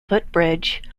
footbridge